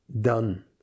done